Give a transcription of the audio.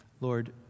Lord